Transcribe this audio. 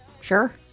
Sure